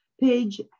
page